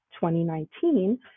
2019